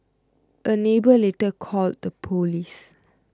a neighbour later called the police